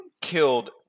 killed